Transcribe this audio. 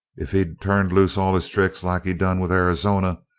if he'd turned loose all his tricks like he done with arizona,